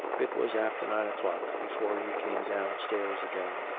it was after nine o'clock before he came downstairs again,